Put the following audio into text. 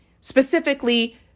specifically